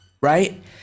right